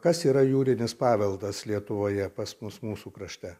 kas yra jūrinis paveldas lietuvoje pas mus mūsų krašte